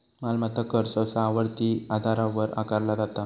मालमत्ता कर सहसा आवर्ती आधारावर आकारला जाता